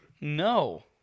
No